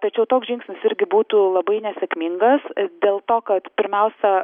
tačiau toks žingsnis irgi būtų labai nesėkmingas dėl to kad pirmiausia